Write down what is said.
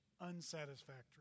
unsatisfactory